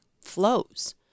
flows